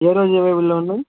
ఏ రోజు ఉన్నాయండి